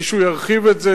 אם מישהו ירחיב את זה,